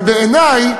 אבל בעיני,